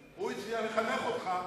הוא הצליח לחנך אותך.